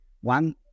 One